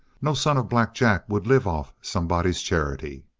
no son of black jack would live off somebody's charity.